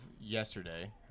yesterday